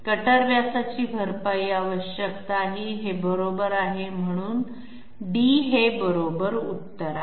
cutter व्यासाची भरपाई आवश्यक नाही हे बरोबर आहे म्हणून हे बरोबर उत्तर आहे